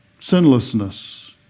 sinlessness